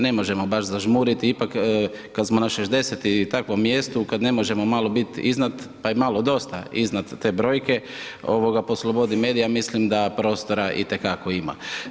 Ne možemo baš zažmuriti, ipak kad smo na 60 i takvom mjestu, kad ne možemo mali biti iznad, pa i malo dosta iznad te brojke, po slobodi medija, mislim da prostora itekako ima.